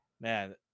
Man